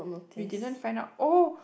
we didn't find out oh